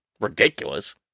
ridiculous